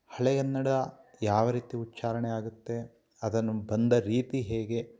ಹಳೆಗನ್ನಡ ಯಾವ ರೀತಿ ಉಚ್ಚಾರಣೆ ಆಗುತ್ತೆ ಅದನ್ನು ಬಂದ ರೀತಿ ಹೇಗೆ